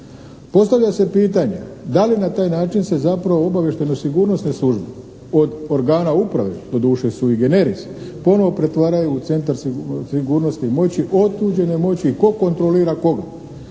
Postavlja se pitanje, da li na taj način se zapravo obavještajno-sigurnosne službe od organa uprave, doduše sui generis, ponovo pretvaraju u centar sigurnosne moći, otuđene moći, tko kontrolira koga?